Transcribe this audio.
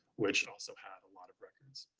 which and also had a lot of records.